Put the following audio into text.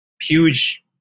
huge